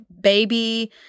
baby